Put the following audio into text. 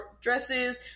dresses